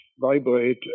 vibrate